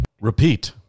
Repeat